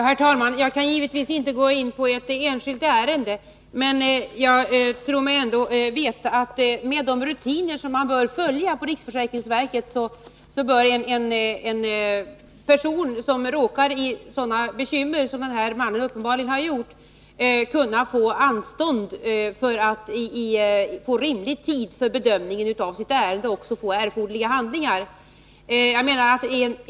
Herr talman! Jag kan givetvis inte gå in på ett enskilt ärende. Men jag tror mig ändå veta att med de rutiner som man normalt följer på riksförsäkringsverket bör en person som råkar ut för sådana bekymmer som den här mannen uppenbarligen har kommit i, kunna få anstånd och få rimlig tid för bedömning av sitt ärende, och han bör också få erforderliga handlingar.